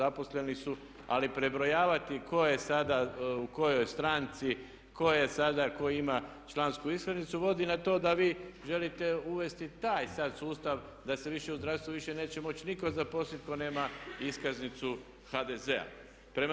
Ali prebrojavati tko je sada u kojoj stranci, tko sada ima člansku iskaznicu vodi na to da vi želite uvesti taj sad sustav da se više u zdravstvu više neće moći nitko zaposliti tko nema iskaznicu HDZ-a.